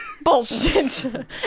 Bullshit